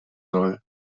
soll